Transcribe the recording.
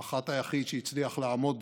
המח"ט היחיד שהצליח לעמוד